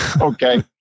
Okay